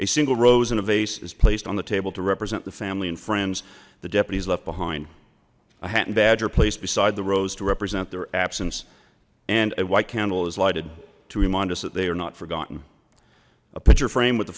a single rose in a vase is placed on the table to represent the family and friends the deputies left behind a hat and badge are placed beside the rose to represent their absence and a white candle was lighted to remind us that they are not forgotten a picture frame with the